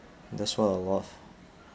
that's what a lot